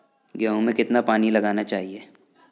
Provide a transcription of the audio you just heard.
गेहूँ में कितना पानी लगाना चाहिए?